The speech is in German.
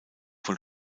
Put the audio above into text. von